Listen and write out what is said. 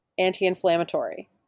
Anti-inflammatory